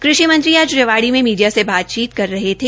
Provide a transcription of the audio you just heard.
कृषि मंत्री आज रेवाडी में मीडिया से बातचीत कर रहे थे